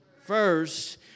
first